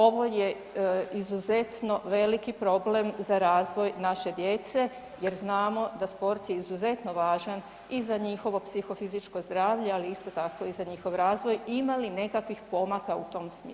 Ovo je izuzetno veliki problem za razvoj nađe djece jer znamo da sport je izuzetno važan i za njihovo psihofizičko zdravlje ali isto tako i za njihov razvoj, ima li nekakvih pomaka u tom smjeru?